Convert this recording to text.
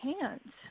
hands